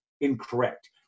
incorrect